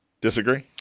Disagree